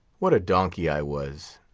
what a donkey i was.